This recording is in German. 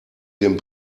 den